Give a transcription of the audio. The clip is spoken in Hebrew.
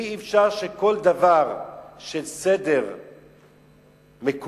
אי-אפשר שכל דבר של סדר מקומי